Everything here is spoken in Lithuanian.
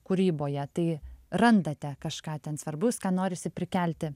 kūryboje tai randate kažką ten svarbaus ką norisi prikelti